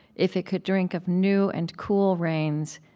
if it could drink of new and cool rains,